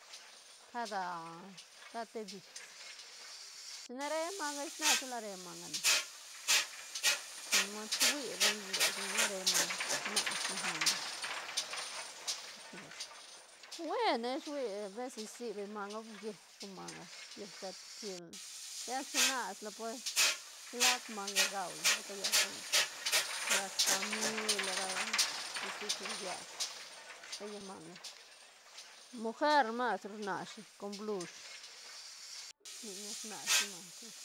Cada cad te bis chine re manga ish na chu la re manga na com chi hui beñ roc lat ni re manga chic chinas beñ manga chic manga chic, buen ish hui besi si beñ manga uiesh ru manga uish se te kilne lla chinas la pues shilac manga gaula va cayau la con ra famila ra visit ni sied tla ca llac manga mojar masru rnas shi con blush nic nac rnashi masru.